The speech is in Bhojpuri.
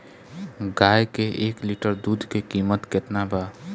गाए के एक लीटर दूध के कीमत केतना बा?